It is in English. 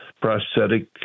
prosthetic